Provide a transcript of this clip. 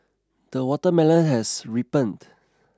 the watermelon has ripened